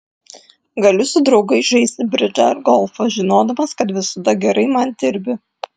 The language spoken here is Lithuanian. galiu su draugais žaisti bridžą ar golfą žinodamas kad visada gerai man dirbi